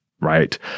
right